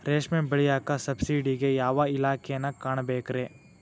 ರೇಷ್ಮಿ ಬೆಳಿಯಾಕ ಸಬ್ಸಿಡಿಗೆ ಯಾವ ಇಲಾಖೆನ ಕಾಣಬೇಕ್ರೇ?